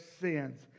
sins